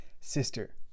sister